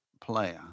player